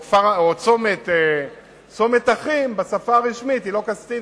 וצומת "אחים" בשפה הרשמית היא לא "קסטינה",